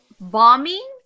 bombing